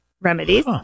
remedies